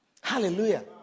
Hallelujah